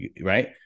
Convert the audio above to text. Right